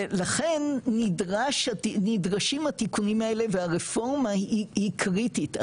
ולכן נדרשים התיקונים האלה והרפורמה היא קריטית.